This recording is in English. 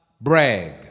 brag